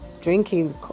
drinking